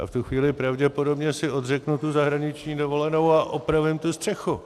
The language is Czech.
Já v tuto chvíli pravděpodobně si odřeknu tu zahraniční dovolenou a opravím tu střechu.